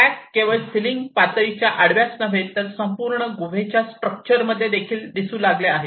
crack केवळ ceiling पातळीच्या आडव्याच नव्हे तर संपूर्ण गुहेच्या स्ट्रक्चर मध्ये देखील दिसू लागले आहेत